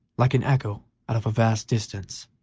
like an echo out of a vast distance,